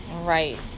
Right